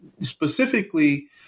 specifically